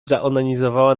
zaonanizowała